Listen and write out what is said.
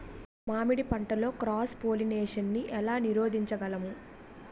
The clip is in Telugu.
మామిడి పంటలో క్రాస్ పోలినేషన్ నీ ఏల నీరోధించగలము?